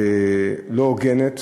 לא הוגנת